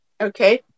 okay